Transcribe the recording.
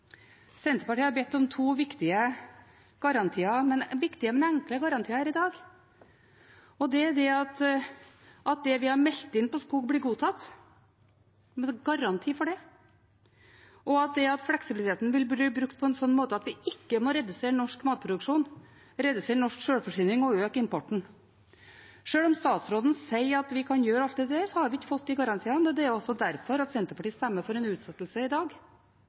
Senterpartiet har bedt om to viktige, men enkle garantier her i dag. Det er at det vi har meldt inn på skog, blir godtatt – en garanti for det – og at fleksibiliteten vil bli brukt på en slik måte at vi ikke må redusere norsk matproduksjon: redusere norsk sjølforsyning og øke importen. Sjøl om statsråden sier at vi kan gjøre alt dette, har vi ikke fått de garantiene. Det er derfor Senterpartiet stemmer for en utsettelse i dag.